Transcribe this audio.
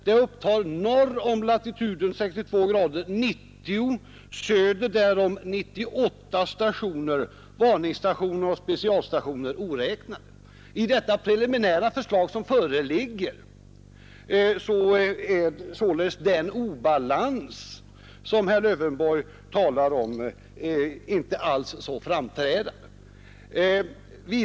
Detta upptar norr om latituden 62 grader 90 stationer och söder därom 98, varningsstationer och specialstationer oräknade. I det preliminära förslag som föreligger är således den obalans som herr Lövenborg talar om alls inte så framträdande.